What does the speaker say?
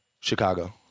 Chicago